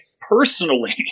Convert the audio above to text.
personally